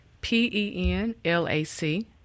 P-E-N-L-A-C